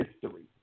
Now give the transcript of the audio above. history